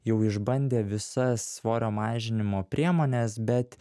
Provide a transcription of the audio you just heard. jau išbandę visas svorio mažinimo priemones bet